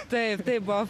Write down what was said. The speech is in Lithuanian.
taip taip buvo